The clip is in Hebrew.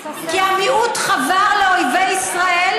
כי המיעוט חבר לאויבי ישראל,